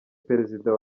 perezida